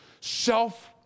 self